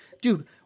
dude